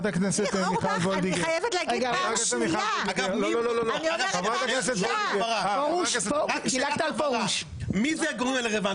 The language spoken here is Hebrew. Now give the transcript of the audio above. מי זה הגורמים הרלוונטיים?